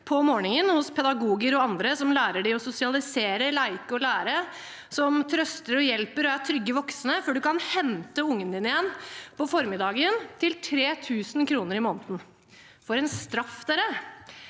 på morgenen hos pedagoger og andre som lærer dem å sosialisere, leke og lære, som trøster og hjelper og er trygge voksne, før man kan hente ungen sin igjen på ettermiddagen, til 3 000 kr i måneden – for en straff, dere.